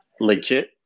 legit